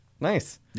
nice